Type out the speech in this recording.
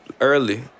early